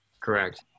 Correct